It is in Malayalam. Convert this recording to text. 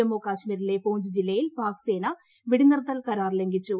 ജമ്മുകാശ്മീരിലെ പൂഞ്ച് ജില്ലയിൽ പാക് സേന വെടിനിർത്തൽ കരാർ ലംഘിച്ചു